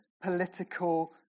political